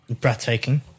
breathtaking